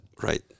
right